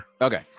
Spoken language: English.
Okay